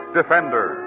Defender